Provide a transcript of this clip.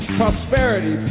prosperity